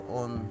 on